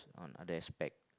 on other aspect